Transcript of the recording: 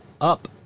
up